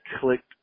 clicked